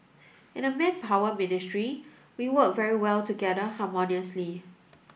in the Manpower Ministry we work very well together harmoniously